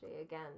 again